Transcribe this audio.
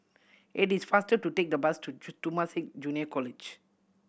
it is faster to take the bus to Temasek Junior College